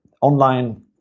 online